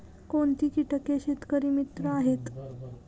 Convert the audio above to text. कोणती किटके शेतकरी मित्र आहेत?